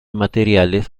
materiales